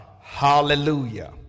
hallelujah